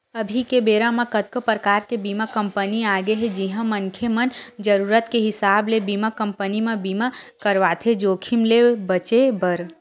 अभी के बेरा कतको परकार के बीमा कंपनी आगे हे जिहां मनखे मन जरुरत के हिसाब ले बीमा कंपनी म बीमा करवाथे जोखिम ले बचें बर